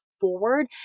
forward